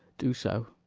do so,